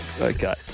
Okay